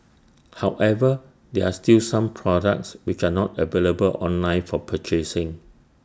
however there are still some products which are not available online for purchasing